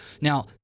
now